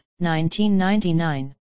1999